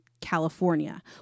California